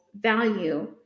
value